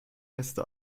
reste